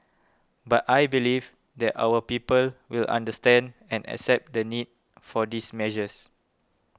but I believe that our people will understand and accept the need for these measures